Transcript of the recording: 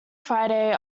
friday